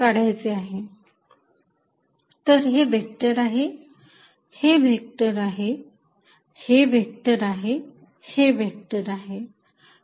तर हे व्हेक्टर आहे हे व्हेक्टर आहे हे व्हेक्टर आहे हे व्हेक्टर आहे